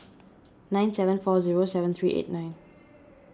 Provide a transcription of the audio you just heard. nine seven four zero seven three eight nine